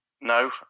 no